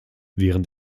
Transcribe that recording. während